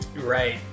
right